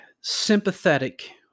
sympathetic